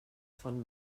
von